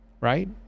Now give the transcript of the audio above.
right